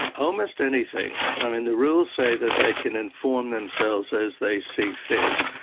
almost anything. i mean, the rules say that they can inform themselves as they see fit,